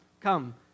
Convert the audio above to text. come